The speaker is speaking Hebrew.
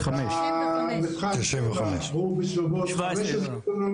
95. מתחם 7 הוא בסביבות 17 דונם.